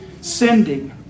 Sending